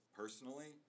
personally